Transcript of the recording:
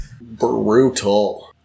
Brutal